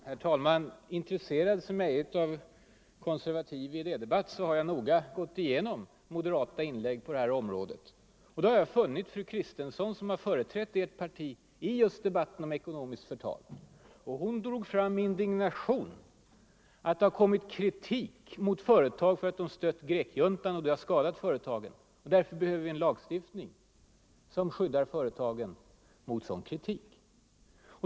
Herr talman! Intresserad som jag är av konservativ idédebatt har jag noga gått igenom moderata inlägg på det här området. Då har jag funnit uttalanden av fru Kristensson, som har företrätt moderata samlingspartiet just i debatten om ekonomiskt förtal. Hon hävdade med indignation att det hade riktats kritik mot företag för att de stött grekjuntan, Detta hade skadat företagen, och därför behöver vi en lagstiftning som skyddar företag mot sådan kritik.